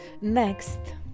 next